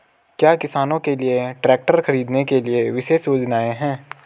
क्या किसानों के लिए ट्रैक्टर खरीदने के लिए विशेष योजनाएं हैं?